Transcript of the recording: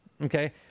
Okay